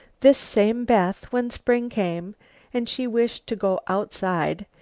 this same beth, when spring came and she wished to go outside,